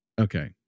Okay